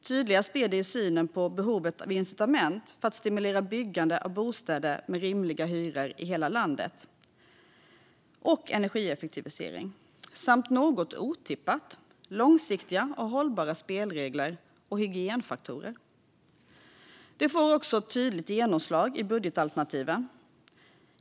Tydligast blir det i synen på behovet av incitament för att stimulera byggande av bostäder med rimliga hyror i hela landet, liksom energieffektivisering och, något otippat, långsiktiga och hållbara spelregler och hygienfaktorer. Det får också tydligt genomslag i budgetalternativen.